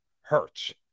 hurts